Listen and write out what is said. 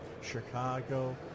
Chicago